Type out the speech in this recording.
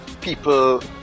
people